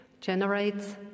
generates